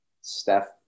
Steph